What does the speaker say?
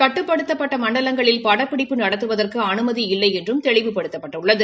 கட்டுப்படுத்தப்பட்ட மண்டலங்களில் படப்பிடிப்பு நடத்துவதற்கு அனுமதி இல்லை என்றும் தெளிவுபடுத்தப்பட்டுள்ளது